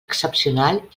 excepcional